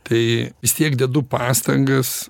tai vis tiek dedu pastangas